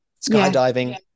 skydiving